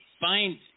find